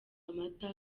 amata